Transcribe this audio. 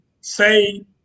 say